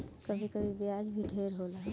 कभी कभी ब्याज भी ढेर होला